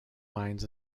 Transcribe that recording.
mines